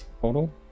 total